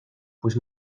pues